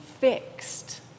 fixed